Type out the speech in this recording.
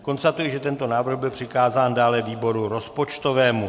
Konstatuji, že tento návrh byl přikázán dále výboru rozpočtovému.